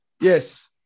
Yes